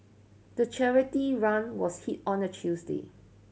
the charity run was on a Tuesday